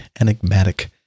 enigmatic